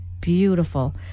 beautiful